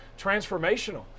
transformational